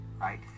right